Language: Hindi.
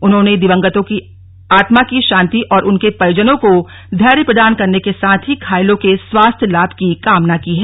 उन्होंने दिवंगतों की आत्मा की शांति और उनके परिजनों को धैर्य प्रदान करने को साथ ही घायलों के स्वास्थ्य लाभ की कामना की है